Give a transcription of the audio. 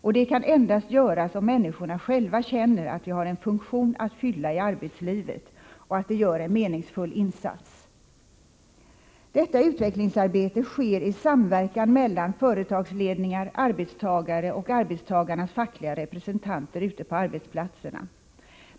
Och det kan endast göras om människorna själva känner att de har en funktion att fylla i arbetslivet och att de gör en meningsfull insats. Detta utvecklingsarbete sker i samverkan mellan företagsledningar, arbetstagare och arbetstagarnas fackliga representanter ute på arbetsplatserna.